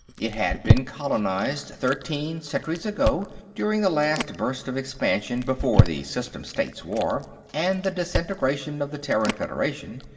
it had been colonized thirteen centuries ago, during the last burst of expansion before the system states war and the disintegration of the terran federation,